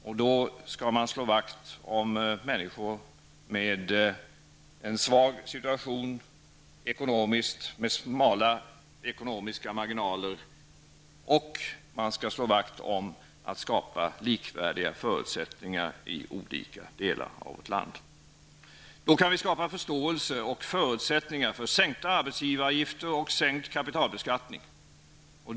Man skall då slå vakt om människor som befinner sig i en svår ekonomisk situation och har smala ekonomiska marginaler. Man skall dessutom slå vakt om att skapa likvärdiga förutsättningar i olika delar av vårt land. Vi kan på så sätt skapa förståelse och förutsättningar för en sänkning av arbetsgivaravgifterna och för en sänkt kapitalbeskattning.